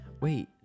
Wait